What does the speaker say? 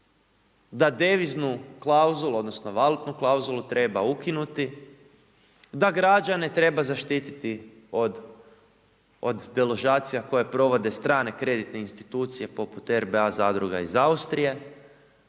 da deviznu klauzulu odnosno valutnu klauzulu treba ukinuti, da građane treba zaštiti od deložacija koje provode strane kreditne institucije poput RBA zadruga iz Austrije,